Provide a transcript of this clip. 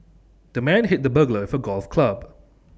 the man hit the burglar for golf club